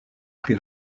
pri